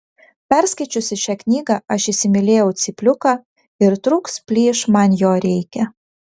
perskaičiusi šią knygą aš įsimylėjau cypliuką ir trūks plyš man jo reikia